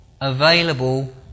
available